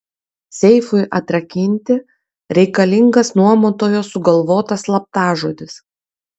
seifui atrakinti reikalingas nuomotojo sugalvotas slaptažodis